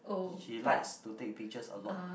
she likes to take pictures a lot